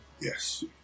Yes